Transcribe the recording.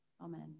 Amen